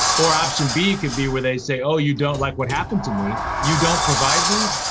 or option b could be where they say, oh, you don't like what happened to me, you don't provide these?